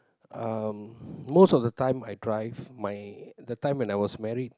um most of the time I drive my the time when I was married